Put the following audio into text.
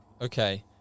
Okay